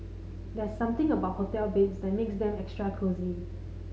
there are something about hotel beds that makes them extra cosy